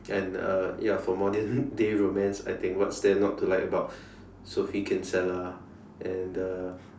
and uh ya for modern day romance what's there not to like about Sophie Kinsella and uh